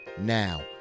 now